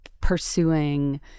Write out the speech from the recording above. pursuing